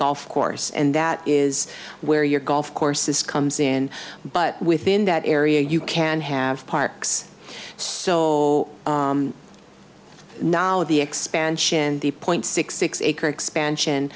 golf course and that is where your golf courses comes in but within that area you can have parks so now the expansion the point six six acre expansion